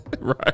Right